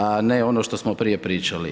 A ne ono što smo prije pričali.